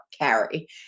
carry